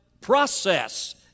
process